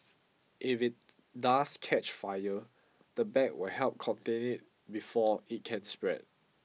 if it does catch fire the bag will help contain it before it can spread